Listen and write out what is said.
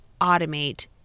automate